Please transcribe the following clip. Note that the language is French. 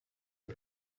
est